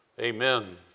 amen